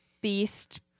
beast